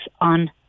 on